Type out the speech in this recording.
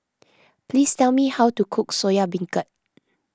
please tell me how to cook Soya Bancurd